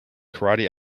karate